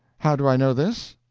how do i know this?